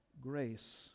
grace